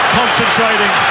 concentrating